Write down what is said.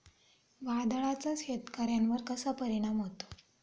वादळाचा शेतकऱ्यांवर कसा परिणाम होतो?